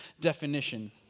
definition